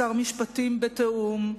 שר משפטים בתיאום,